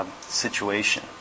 situation